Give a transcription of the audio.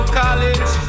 college